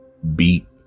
beat